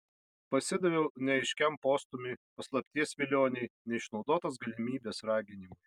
pasidaviau neaiškiam postūmiui paslapties vilionei neišnaudotos galimybės raginimui